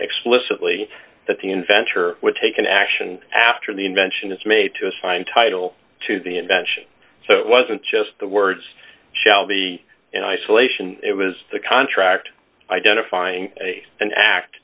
explicitly that the inventor would take an action after the invention is made to assign title to the invention so it wasn't just the words shall be in isolation it was the contract identifying a an act